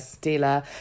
dealer